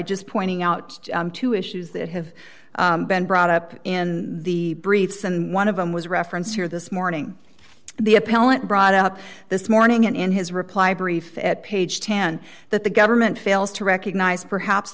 just pointing out two issues that have been brought up in the briefs and one of them was reference here this morning the appellant brought up this morning and in his reply brief at page ten that the government fails to recognize perhaps